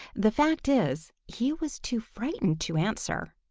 the fact is, he was too frightened to answer.